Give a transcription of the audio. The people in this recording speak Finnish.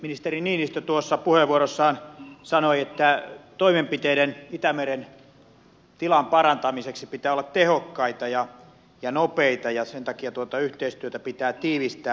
ministeri niinistö tuossa puheenvuorossaan sanoi että toimenpiteiden itämeren tilan parantamiseksi pitää olla tehokkaita ja nopeita ja sen takia tuota yhteistyötä pitää tiivistää